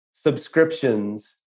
Subscriptions